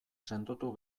sendotu